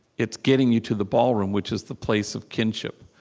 it's getting you to the ballroom, which is the place of kinship,